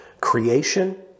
creation